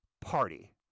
party